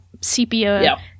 sepia